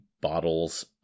bottles